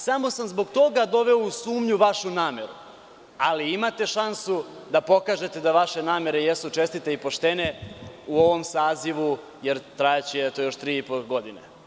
Samo sam zbog toga doveo u sumnju vašu nameru, ali imate šansu da pokažete da vaše namere jesu čestite i poštene u ovom sazivu, jer trajaće još tri i po godine.